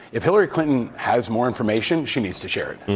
if hillary clinton has more information, she needs to share it,